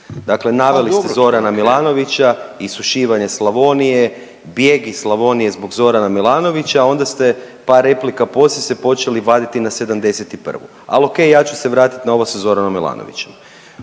Dakle naveli ste Zorana Milanovića, isušivanje Slavonije, bijeg iz Slavnije zbog Zorana Milanovića, a onda ste par replika poslije se počeli vaditi na '71. Ali, okej, ja ću se vratiti na ovo sa Zoranom Milanovićem.